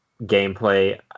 gameplay